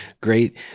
great